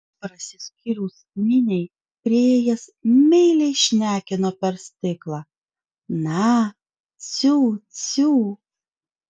prasiskyrus miniai priėjęs meiliai šnekino per stiklą na ciu ciu